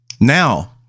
Now